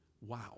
Wow